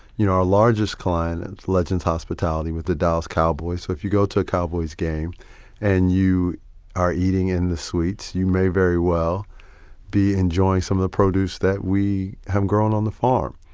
you know our largest client is and legends hospitality with the dallas cowboys. so if you go to a cowboys game and you are eating in the suites, you may very well be enjoying some of the produce that we have grown on the farm.